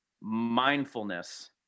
mindfulness